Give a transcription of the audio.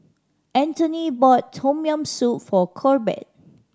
Antony bought Tom Yam Soup for Corbett